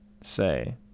say